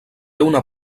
una